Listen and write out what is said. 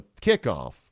kickoff